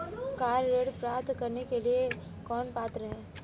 Car ऋण प्राप्त करने के लिए कौन पात्र है?